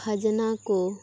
ᱠᱷᱟᱡᱽᱱᱟ ᱠᱚ